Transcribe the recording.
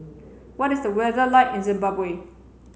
what is the weather like in Zimbabwe